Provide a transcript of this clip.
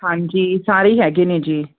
ਹਾਂਜੀ ਸਾਰੇ ਹੈਗੇ ਨੇ ਜੀ